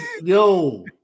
Yo